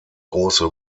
große